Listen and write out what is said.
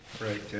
Right